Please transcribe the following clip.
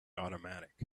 automatic